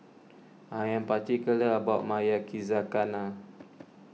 I am particular about my Yakizakana